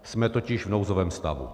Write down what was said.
Jsme totiž v nouzovém stavu.